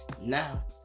Now